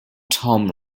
tom